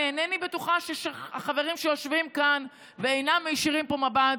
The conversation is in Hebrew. אני אינני בטוחה שחברים שיושבים כאן ואינם מישירים פה מבט